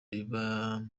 riba